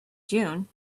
june